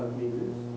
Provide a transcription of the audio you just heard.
meters